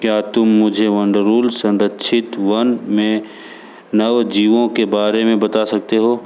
क्या तुम मुझे संरक्षित वन में नवजीवों के बारे में बता सकते हो